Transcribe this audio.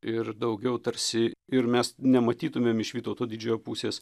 ir daugiau tarsi ir mes nematytumėm iš vytauto didžiojo pusės